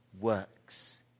works